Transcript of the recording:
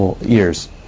years